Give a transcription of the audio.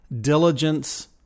diligence